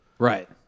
Right